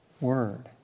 word